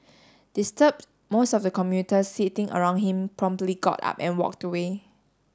disturbed most of the commuters sitting around him promptly got up and walked away